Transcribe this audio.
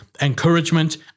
encouragement